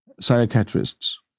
psychiatrists